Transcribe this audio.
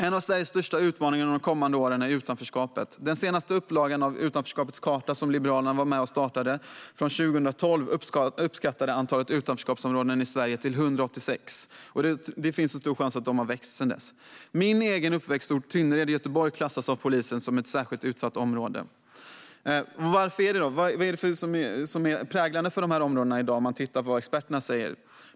En av Sveriges största utmaningar under de kommande åren är utanförskapet. I den senaste upplagan av Utanförskapets karta , från 2012, som Liberalerna var med och startade, uppskattades antalet utanförskapsområden i Sverige till 186. Det finns en stor risk att antalet har vuxit sedan dess. Min uppväxtort Tynnered i Göteborg klassas av polisen som ett särskilt utsatt område. Varför det? Vad är det som präglar dessa områden i dag? Man kan titta på vad experterna säger.